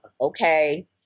okay